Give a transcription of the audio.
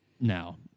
now